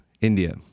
India